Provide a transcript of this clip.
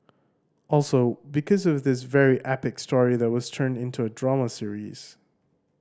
also because of his very epic story that was turned into a drama series